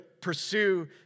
pursue